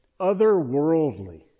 otherworldly